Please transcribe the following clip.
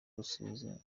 rusizi